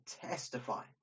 testify